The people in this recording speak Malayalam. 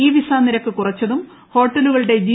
ഇ വിസാ നിരക്ക് കുറച്ചതും ഹോട്ടലുകളുടെ ജി